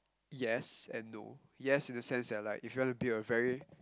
yes and no yes in the sense that like if you want to build a very